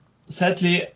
sadly